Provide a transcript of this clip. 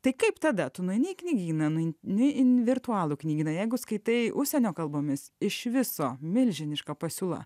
tai kaip tada tu nueini į knygyną nueini į virtualų knygyną jeigu skaitai užsienio kalbomis iš viso milžiniška pasiūla